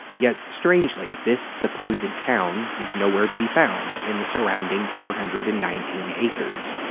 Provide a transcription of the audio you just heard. yet, strangely, this supposed town is nowhere to be found in the surrounding four hundred and nineteen acres.